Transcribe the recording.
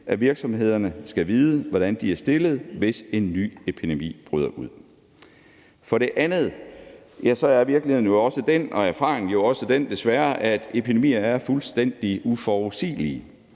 at virksomhederne skal vide, hvordan de er stillet, hvis en ny epidemi bryder ud. For det andet er virkeligheden og erfaringen jo desværre også den, at epidemier er fuldstændig uforudsigelige.